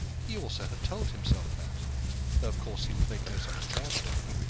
he also had told himself that though, of course, he would make no such charge to her.